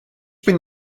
bin